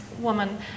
woman